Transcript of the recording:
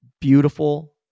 beautiful